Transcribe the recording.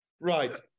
Right